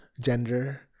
gender